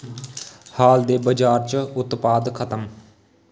हाल दे बजार च उत्पाद खतम